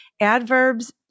adverbs